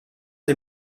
des